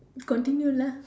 continue lah